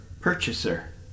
purchaser